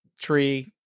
Tree